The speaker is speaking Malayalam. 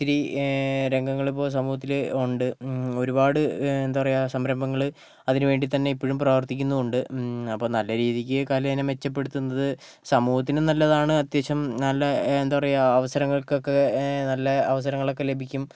ഒത്തിരി രംഗങ്ങൾ ഇപ്പോൾ സമൂഹത്തിൽ ഉണ്ട് ഒരുപാട് എന്താ പറയുക സംരംഭങ്ങൾ അതിന് വേണ്ടിത്തന്നെ ഇപ്പോഴും പ്രവർത്തിക്കുന്നുമുണ്ട് അപ്പോൾ നല്ല രീതിക്ക് കലയെ മെച്ചപ്പെടുത്തുന്നത് സമൂഹത്തിനും നല്ലതാണ് അത്യാവശ്യം നല്ല എന്താ പറയുക അവസരങ്ങൾക്കൊക്കെ നല്ല അവസരങ്ങൾ ഒക്കെ ലഭിക്കും